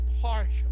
partial